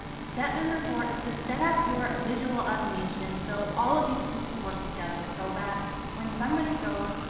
step number four is to set up your visual automation. so all of these pieces work together so that when somebody goes,